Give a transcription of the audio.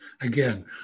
again